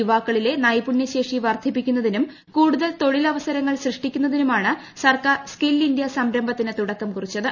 യുവാക്കളിലെ നൈപുണ്യ ശേഷി വർദ്ധിപ്പിക്കുന്നതിനും കൂടുതൽ തൊഴിലവസരങ്ങൾ സൃഷ്ടിക്കു ന്നതിനുമാണ് സർക്കാർ സ്കിൽ ഇന്തൃ സംരംഭത്തിന് തുടക്കം കുറി ച്ചത്